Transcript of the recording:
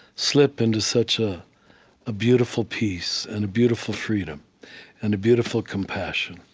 slip into such ah a beautiful peace and a beautiful freedom and a beautiful compassion.